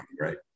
right